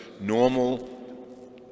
normal